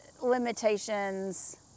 limitations